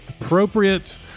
appropriate